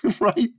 right